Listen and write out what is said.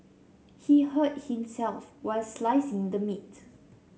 he hurt himself while slicing the meat